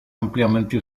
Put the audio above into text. ampliamente